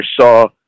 saw